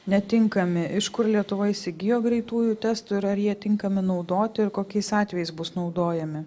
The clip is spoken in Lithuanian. netinkami iš kur lietuva įsigijo greitųjų testų ir ar jie tinkami naudoti ir kokiais atvejais bus naudojami